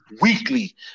weekly